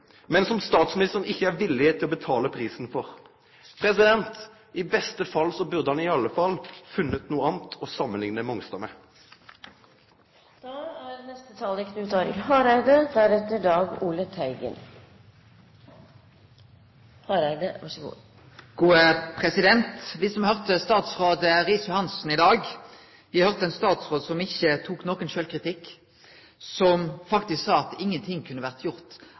men som statsministeren ikkje er villig til å betale prisen for. I beste fall burde han funne noko anna å samanlikne Mongstad med. Me som høyrde statsråd Riis-Johansen i dag, høyrde ein statsråd som ikkje tok nokon sjølvkritikk, og som faktisk sa at ingenting kunne ha vore gjort annleis. Eg var nesten imponert over kor fornøgd ein kunne vere med seg sjølv. Det er eit paradoks at